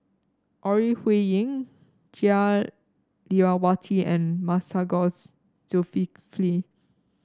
Ore Huiying Jah Lelawati and Masagos Zulkifli